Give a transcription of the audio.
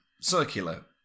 circular